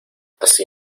así